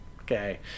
Okay